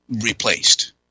replaced